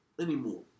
anymore